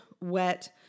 wet